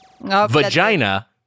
vagina